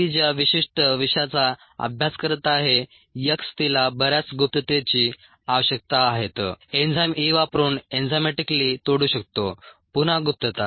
ती ज्या विशिष्ट विषाचा अभ्यास करत आहे X तिला बऱ्याच गुप्ततेची आवश्यकता आहेत एन्झाईम E वापरून एन्झाईमॅटिकली तोडू शकतो पुन्हा गुप्तता